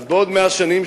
אז בעוד 100 שנים,